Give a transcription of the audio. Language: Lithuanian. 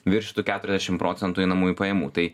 viršytų keturiasdešim procentų einamųjų pajamų tai